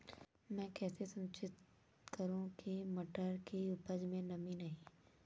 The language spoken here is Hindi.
मैं कैसे सुनिश्चित करूँ की मटर की उपज में नमी नहीं है?